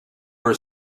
were